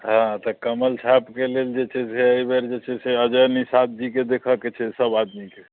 हँ तऽ कमल छापके लेल जे छै से अइ बेर जे छै से के अजय निषाद जी के देखऽके छै सब आदमी के